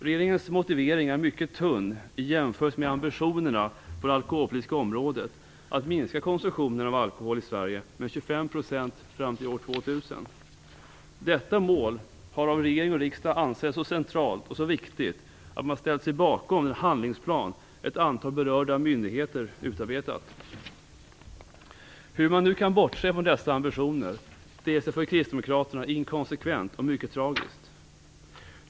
Regeringens motivering är mycket tunn i jämförelse med ambitionerna på det alkoholpolitiska området att minska konsumtionen av alkohol i Sverige med 25 % fram till år 2000. Detta mål har av regering och riksdag ansetts så centralt och så viktigt att man ställt sig bakom den handlingsplan ett antal berörda myndigheter utarbetat. Att man nu kan bortse från dessa ambitioner ter sig för kristdemokraterna inkonsekvent och mycket tragiskt.